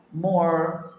more